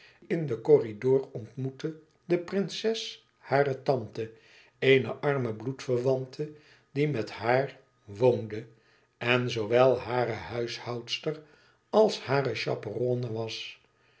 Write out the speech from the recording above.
in den corridor ontmoette de prinses hare tante eene arme bloedverwante die met haar woonde en zoowel hare huishoudster als hare chaperone was